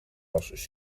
was